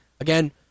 again